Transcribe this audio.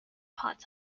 pots